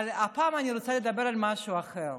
אבל הפעם אני רוצה לדבר על משהו אחר.